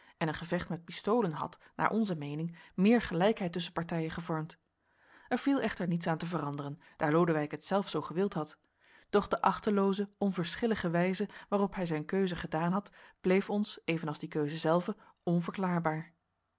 en een gevecht met pistolen had naar onze meening meer gelijkheid tusschen partijen gevormd er viel echter niets aan te veranderen daar lodewijk het zelf zoo gewild had doch de achtelooze onverschillige wijze waarop hij zijn keuze gedaan had bleef ons evenals die keuze zelve onverklaarbaar